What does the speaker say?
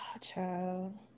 child